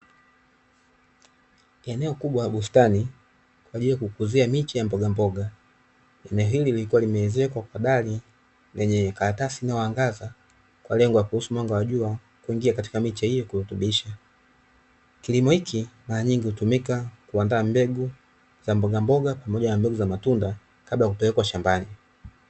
Eneo kubwa la bustani kwa ajili ya kukuzia miche ya mbogamboga, eneo hili likiwa limeezekwa kwa dari lenye karatasi inayoangaza, kwa lengo la kuruhusu mwanga wa jua kuingia katika miche hiyo kurutubisha. Kilimo hiki mara nyingi hutumika kuandaa mbegu za mbogamoga pamoja na mbegu za matunda kabla ya kupelkewa shambani.